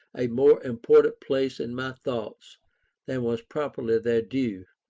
a more important place in my thoughts than was properly their due.